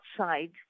outside